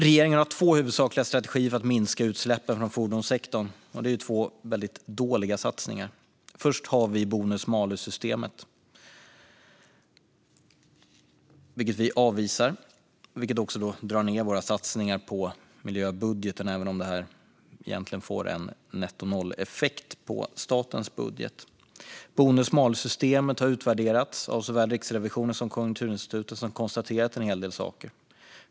Regeringen har två huvudsakliga strategier för att minska utsläppen från fordonssektorn, och det är två väldigt dåliga satsningar. Först har vi bonus-malus-systemet, vilket vi avvisar och som vi drar ned på i våra satsningar i miljöbudgeten, även om det egentligen får en nettonolleffekt på statens budget. Bonus-malus-systemet har utvärderats av såväl Riksrevisionen som Konjunkturinstitutet som konstaterat en hel del saker.